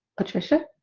latricia